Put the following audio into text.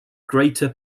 greater